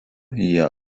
jie